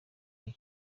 iyi